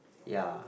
ya